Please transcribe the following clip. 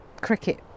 cricket